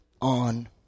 On